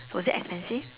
was it expensive